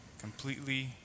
completely